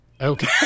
Okay